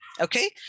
Okay